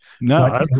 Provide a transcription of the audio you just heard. No